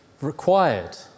required